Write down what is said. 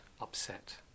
upset